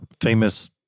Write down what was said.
famous